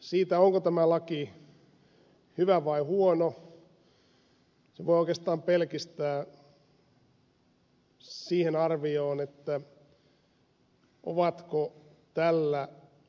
sen onko tämä laki hyvä vai huono voi oikeastaan pelkistää siihen arvioon ovatko tällä